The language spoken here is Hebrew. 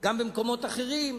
וגם במקומות אחרים.